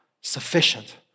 sufficient